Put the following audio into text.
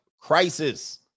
crisis